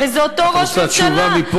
הרי זה אותו ראש ממשלה,